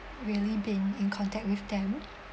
really been in contact with them